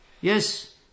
Yes